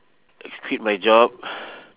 quit my job